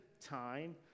time